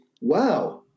Wow